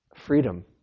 freedom